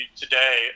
today